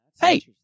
Hey